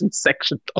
section